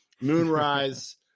Moonrise